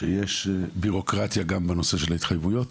שיש ביורוקרטיה גם בנושא של ההתחייבויות,